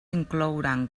inclouran